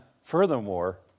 Furthermore